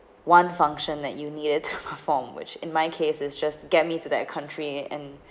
one function that you needed to perform which in my case is just get me to that country and